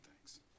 thanks